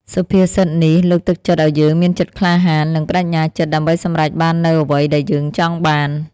សុភាសិតនេះលើកទឹកចិត្តឲ្យយើងមានចិត្តក្លាហាន និងប្ដេជ្ញាចិត្តដើម្បីសម្រេចបាននូវអ្វីដែលយើងចង់បាន។